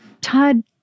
Todd